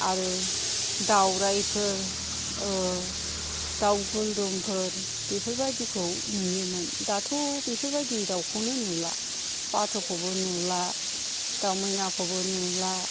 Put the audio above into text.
आरो दावराइफोर दाव गुलदुमफोर बेफोरबायदिखौ नुयोमोन दाथ' बेफोरबायदि दावखौनो नुला बाथ'खौबो नुला दाव मैनाखौबो नुला